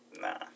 Nah